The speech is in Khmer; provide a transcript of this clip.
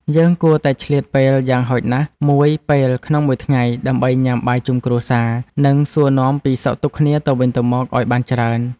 យើងគួរតែឆ្លៀតពេលយ៉ាងហោចណាស់មួយពេលក្នុងមួយថ្ងៃ ដើម្បីញ៉ាំបាយជុំគ្រួសារ និងសួរនាំពីសុខទុក្ខគ្នាទៅវិញទៅមកឲ្យបានច្រើន។